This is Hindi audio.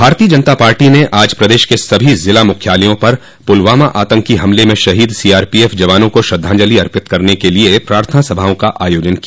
भारतीय जनता पार्टी ने आज प्रदेश के सभी जिला मुख्यालयों पर पुलवामा आतंकी हमले में शहीद सीआरपीएफ जवानों को श्रद्धांजलि अर्पित करने के लिये प्रार्थना सभाओं का आयोजन किया